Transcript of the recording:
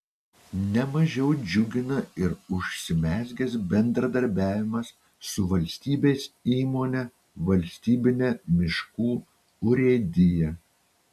ne mažiau džiugina ir užsimezgęs bendradarbiavimas su valstybės įmone valstybine miškų urėdija